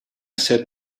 set